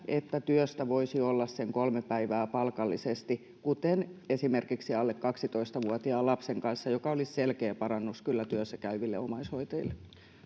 että työstä voisi olla sen kolme päivää palkallisesti poissa kuten esimerkiksi alle kaksitoista vuotiaan lapsen kanssa mikä olisi selkeä parannus kyllä työssäkäyville omaishoitajille